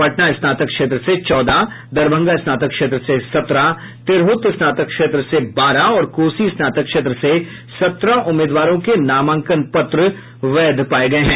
पटना स्नातक क्षेत्र से चौदह दरभंगा स्नातक क्षेत्र से सत्रह तिरहत स्नातक क्षेत्र से बारह और कोसी स्नातक क्षेत्र से सत्रह उम्मीदवारों के नामांकन पत्र सही पाये गये हैं